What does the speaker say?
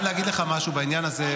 אז אני חייב להגיד לך משהו בעניין הזה,